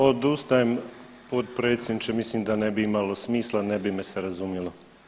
Odustajem potpredsjedniče, mislim da ne bi imalo smisla, ne bi me se razumjelo.